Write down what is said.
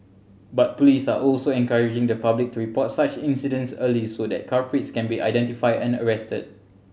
but police are also encouraging the public to report such incidents early so that culprits can be identified and arrested